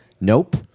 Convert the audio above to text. Nope